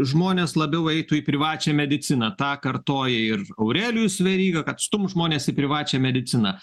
žmonės labiau eitų į privačią mediciną tą kartoja ir aurelijus veryga kad stumt žmones į privačią mediciną